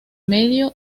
medio